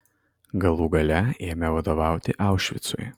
galų gale ėmė vadovauti aušvicui